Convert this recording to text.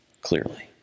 clearly